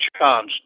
chance